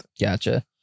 Gotcha